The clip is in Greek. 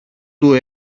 του